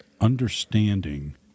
understanding